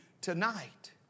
tonight